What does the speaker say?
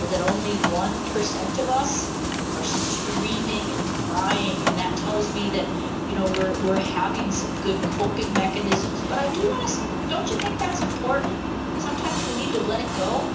or that only one percent of us are screaming and crying and that tells me that you know we're we're having some good coping mechanisms but i do want to say that don't you think that's important sometimes we need to let it go?